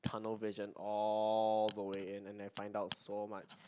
tunnel vision all the way in and then find out so much